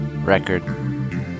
Record